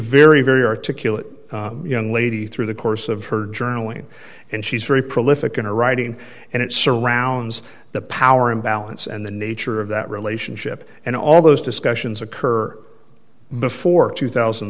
very very articulate young lady through the course of her journaling and she's very prolific in her writing and it surrounds the power imbalance and the nature of that relationship and all those discussions occur before tw